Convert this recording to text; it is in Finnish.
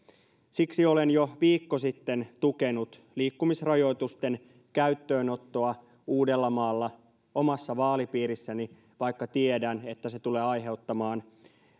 siksi olen jo viikko sitten tukenut liikkumisrajoitusten käyttöönottoa uudellamaalla omassa vaalipiirissäni vaikka tiedän että se tulee aiheuttamaan